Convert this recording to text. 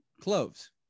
Cloves